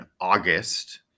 August